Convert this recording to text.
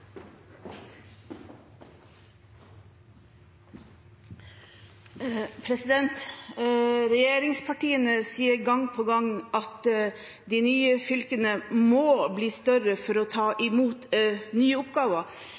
Regjeringspartiene sier gang på gang at de nye fylkene må bli større for å ta imot nye oppgaver.